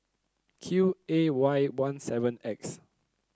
Q A Y one seven X